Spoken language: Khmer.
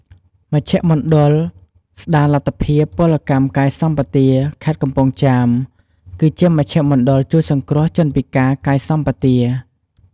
មជ្ឈមណ្ឌលស្តារលទ្ធភាពពលកម្មកាយសម្បទា ខេត្តកំពង់ចាម គឺជាមជ្ឈមណ្ឌលជួយសង្គ្រោះជនពិការកាយសប្បទា។